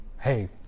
hey